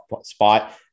spot